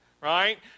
right